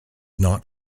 not